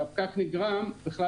והפקק נגרם בכלל